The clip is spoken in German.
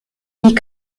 wie